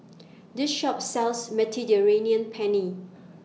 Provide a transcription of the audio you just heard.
This Shop sells Mediterranean Penne